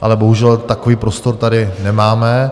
Ale bohužel takový prostor tady nemáme.